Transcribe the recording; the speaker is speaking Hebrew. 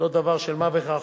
וזה לא דבר של מה בכך,